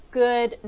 good